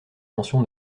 mention